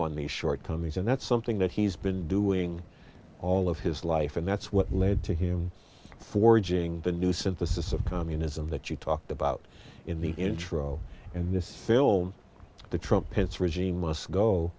on the shortcomings and that's something that he's been doing all of his life and that's what led to him forging the new synthesis of communism that you talked about in the intro in this film the trumpets regime must go